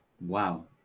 Wow